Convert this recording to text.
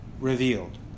revealed